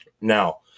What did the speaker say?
Now